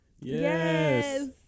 yes